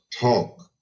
talk